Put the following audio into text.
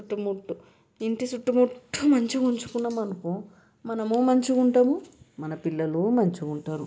చుట్టుముట్టు ఇంటి చుట్టు మొత్తం మంచిగా ఉంచుకున్నాం అనుకో మనము మంచిగా ఉంటాము మన పిల్లలు మంచిగ ఉంటారు